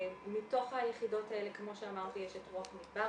מתוך היחידות האלה, כמו שאמרתי, יש את רוח מדבר.